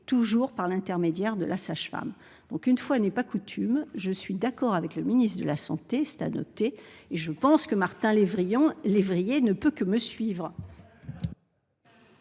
toujours par l'intermédiaire de la sage-femme. » Une fois n'est pas coutume, je suis d'accord avec le ministre de la santé- c'est à noter. C'est un scoop ! Aussi, je pense que Martin Lévrier ne peut que me suivre